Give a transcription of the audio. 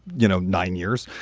you know, nine years.